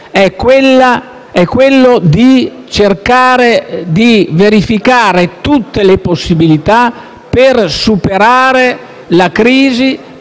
è quello di cercare di verificare tutte le possibilità per superare la crisi,